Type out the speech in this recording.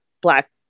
black